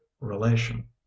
relation